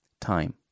Time